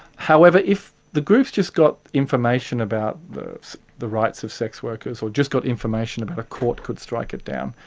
however, if the groups just got information about the the rights of sex workers or just got information about a court could strike it down,